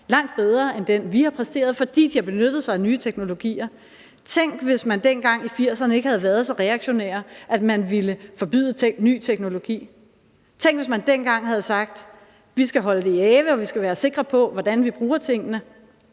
langt bedre end den, vi har præsteret, fordi de har benyttet sig af nye teknologier. Tænk, hvis man dengang i 80'erne ikke havde været så reaktionær, at man ville forbyde ny teknologi. Tænk, hvis man dengang havde sagt: Vi skal holde det i ave, og vi skal være sikre på, hvordan vi bruger tingene,